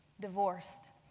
divorced.